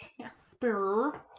Casper